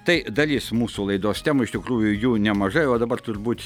tai dalis mūsų laidos temų iš tikrųjų jų nemažai o dabar turbūt